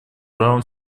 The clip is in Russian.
правом